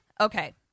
okay